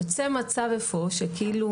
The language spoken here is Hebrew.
יוצא מצב, בשפת העם, שכאילו